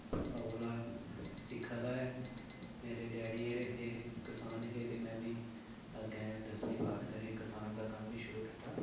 पापा कोला सिक्खे दा ऐ मेरे डैडी हे किसान हे ते मै मी अग्गें दसमीं पास करी किसान दा कम्म ही शुरू कीता